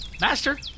Master